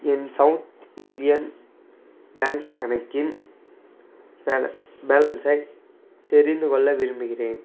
என் South Indian bank கணக்கின் பேலன் பேலன்ஸை தெரிந்துகொள்ள விரும்புகிறேன்